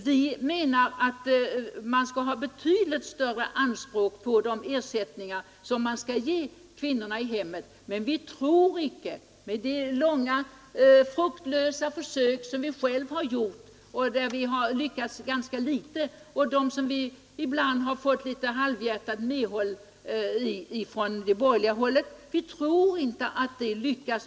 Vi anser att man skall ha betydligt större anspråk på ersättningarna åt kvinnorna i hemmet, men efter de långa och fruktlösa försök som vi själva har gjort — där vi ibland har fått ett litet halvhjärtat instämmande från det borgerliga hållet — tror vi inte att det lyckas.